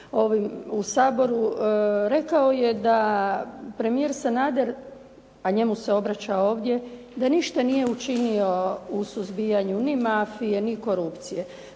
u Saboru rekao je da premijer Sanader, a njemu se obraća ovdje da ništa nije učinio u suzbijanju ni mafije ni korupcije.